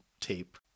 tape